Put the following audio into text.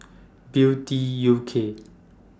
Beauty U K